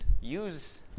use